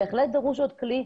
בהחלט דרוש עוד כלי.